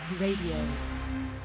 Radio